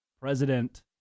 President